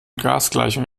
gasgleichung